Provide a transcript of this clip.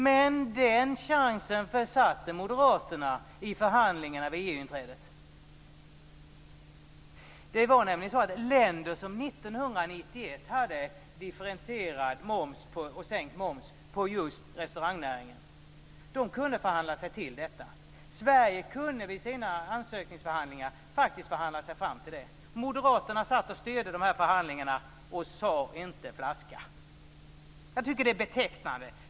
Men den chansen försatte Moderaterna i förhandlingarna vid EU-inträdet. Länder som 1991 hade differentierad moms, dvs. sänkt moms, på restaurangnäringen kunde förhandla sig till detta. Sverige kunde i sina ansökningsförhandlingar faktiskt ha förhandlat sig fram till detta. Moderaterna styrde dessa förhandlingar och sade inte flaska. Det är betecknande.